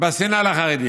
בשנאה לחרדים.